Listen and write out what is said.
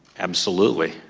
absolutely.